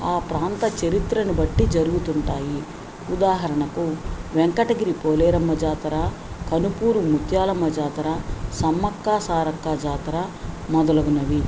ఆ ప్రాంత చరిత్రను బట్టి జరుగుతుంటాయి ఉదాహరణకు వెంకటగిరి పోలేరమ్మ జాతర కనుపూరు ముత్యాలమ్మ జాతర సమ్మక్కా సారక్క జాతర మొదలగునవి